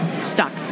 Stuck